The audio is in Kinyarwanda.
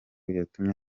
yatumye